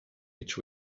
each